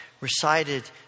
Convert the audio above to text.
recited